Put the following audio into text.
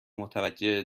متوجه